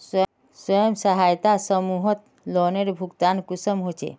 स्वयं सहायता समूहत लोनेर भुगतान कुंसम होचे?